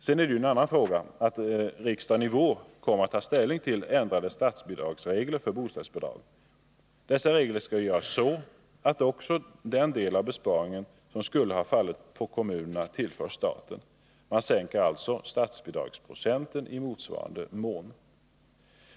Sedan är det en annan fråga att riksdagen i vår kommer att få ta ställning till ändrade statsbidragsregler för bostadsbidrag. Dessa regler skall göras så att också den del av besparingen som skulle ha fallit på kommunerna tillförs staten. Man sänker alltså statsbidragsprocenten i motsvarande mån.